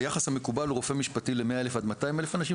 היחס המקובל לרופא משפטי ל-100,000 עד 200,000 אנשים,